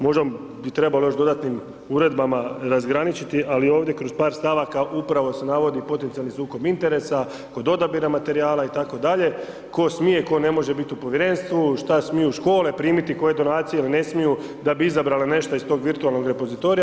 Možda bi trebalo još dodatnim uredbama razgraničiti, ali ovdje kroz par stavaka upravo se navodi potencijalni sukob interesa kod odabira materijala itd. tko smije, tko ne može biti u povjerenstvu, što smiju škole primiti koje donacije ili ne smiju da bi izabrale nešto iz tog virtualnog repozitorija.